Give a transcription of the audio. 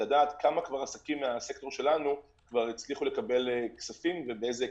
לדעת כמה עסקים מהסקטור שלנו כבר הצליחו לקבל כספים ובאילו היקפים.